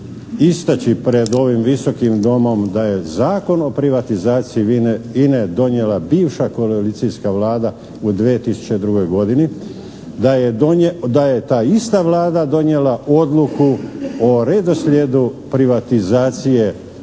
istaći pred ovim Visokim domom da je Zakon o privatizaciji INA-e donijela bivša koalicijska Vlada u 2002. godini, da je ta ista Vlada donijela odluku o redoslijedu privatizacije